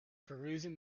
perusing